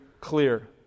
clear